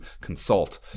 consult